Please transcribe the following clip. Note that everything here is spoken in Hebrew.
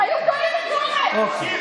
תמשיכי עם השנאה.